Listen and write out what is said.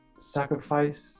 sacrifice